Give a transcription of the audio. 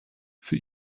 für